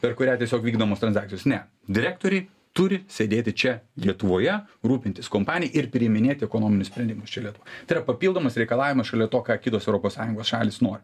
per kurią tiesiog vykdomos tranzakcijos ne direktoriai turi sėdėti čia lietuvoje rūpintis kompanija ir priiminėti ekonominius sprendimus čia lietuvoj tai yra papildomas reikalavimas šalia to ką kitos europos sąjungos šalys nori